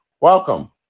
Welcome